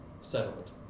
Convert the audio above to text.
settled